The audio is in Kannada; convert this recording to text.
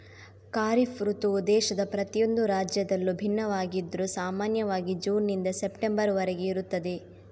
ಖಾರಿಫ್ ಋತುವು ದೇಶದ ಪ್ರತಿಯೊಂದು ರಾಜ್ಯದಲ್ಲೂ ಭಿನ್ನವಾಗಿದ್ರೂ ಸಾಮಾನ್ಯವಾಗಿ ಜೂನ್ ನಿಂದ ಸೆಪ್ಟೆಂಬರ್ ವರೆಗೆ ಇರುತ್ತದೆ